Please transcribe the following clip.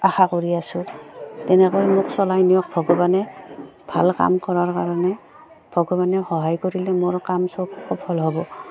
আশা কৰি আছোঁ তেনেকৈ মোক চলাই নিয়ক ভগৱানে ভাল কাম কৰাৰ কাৰণে ভগৱানে সহায় কৰিলে মোৰ কাম চব সফল হ'ব